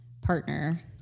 partner